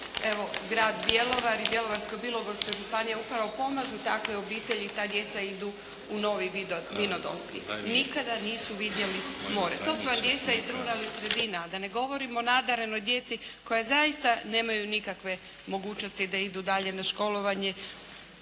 Evo grad Bjelovar i Bjelovarsko-bilogorska županija upravo pomažu takve obitelji i ta djeca idu u Novi Vinodolski. Nikada nisu vidjeli more. To su vam djeca iz ruralnih sredina, a da ne govorim o nadarenoj djeci koja zaista nemaju nikakve mogućnosti da idu dalje na školovanje